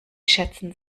schätzen